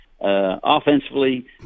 offensively